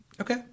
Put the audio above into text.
okay